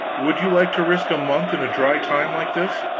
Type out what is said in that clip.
would you like to risk a month in a dry time like this?